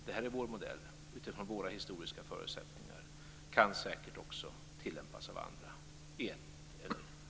Det här är vår modell, utifrån våra historiska förutsättningar. Den kan säkert också tillämpas av andra på ett eller annat sätt.